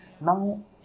now